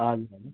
हजुर